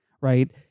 right